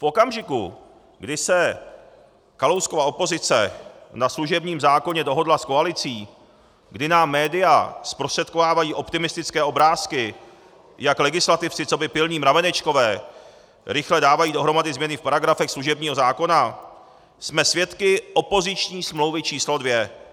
V okamžiku, kdy se Kalouskova opozice na služebním zákoně dohodla s koalicí, kdy nám média zprostředkovávají optimistické obrázky, jak legislativci coby pilní mravenečkové rychle dávají dohromady změny v paragrafech služebního zákona, jsme svědky opoziční smlouvy číslo dvě.